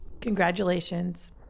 Congratulations